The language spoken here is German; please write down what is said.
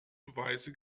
beweise